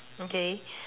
okay